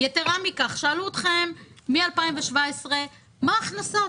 יתרה מכך, שאלו אתכם מ-2017 מה ההכנסות.